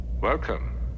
Welcome